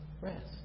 rest